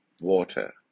water